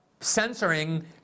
censoring